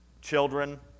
Children